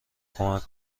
کمک